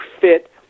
fit